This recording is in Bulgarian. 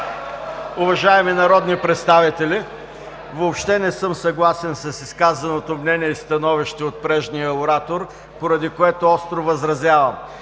уважаеми народни представители! Въобще не съм съгласен с изказаното мнение и становище от предишния оратор, поради което остро възразявам!